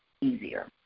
easier